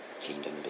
Kingdom